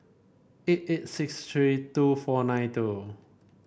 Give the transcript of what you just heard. eight eight six three two four nine two